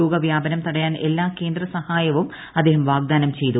രോഗവ്യാപനം തടയാൻ എല്ലാ കേന്ദ്ര സഹായവും അദ്ദേഹം വാഗ്ദാനം ചെയ്തു